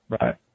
right